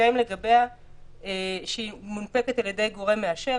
שמתקיים לגביה שהיא מונפקת על-ידי גורם מאשר